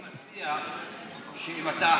לכן אני מציע שאם אתה,